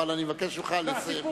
אבל אני מבקש ממך לסיים.